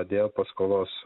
dėl paskolos